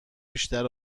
بیشتر